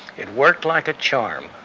it worked like a charm.